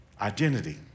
Identity